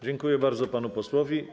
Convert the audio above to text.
Dziękuję bardzo panu posłowi.